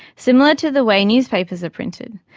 similar to the way newspapers are printed.